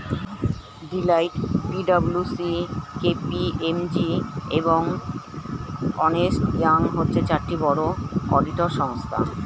Deloitte, P W C, K P M G, এবং Ernst Young হচ্ছে চারটি বড় অডিটর সংস্থা